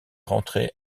rentrer